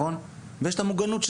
ויש את המוגנות,